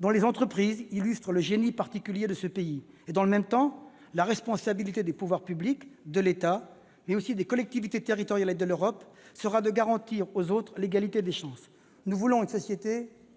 dont les entreprises illustrent le génie particulier de ce pays. Et dans le même temps, la responsabilité des pouvoirs publics, de l'État, mais aussi des collectivités territoriales et de l'Europe sera de garantir aux autres l'égalité des chances. Nous voulons une société